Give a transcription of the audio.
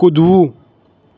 કૂદવું